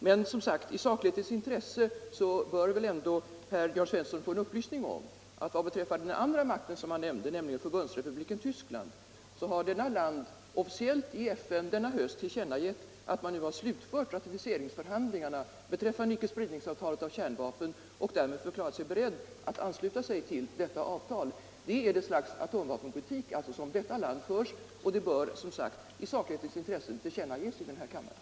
Men i saklighetens intresse bör ändå herr Jörn Svensson få en upplysning om att det andra land han nämnde, Förbundsrepubliken Tyskland, officiellt i FN denna höst har tillkännagivit att man nu har slutfört ratificeringsförhandlingarna i fråga om icke-spridningsavtalet beträffande kärnvapen och därmed förklarat sig beredd att ansluta sig till detta avtal. Det är det slags atomvapenpolitik som detta land för, och det bör, som sagt, i saklighetens intresse tillkännages i denna kammare.